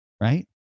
right